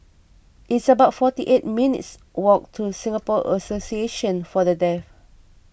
it's about forty eight minutes' walk to Singapore Association for the Deaf